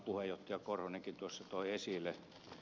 martti korhonenkin tuossa toi esille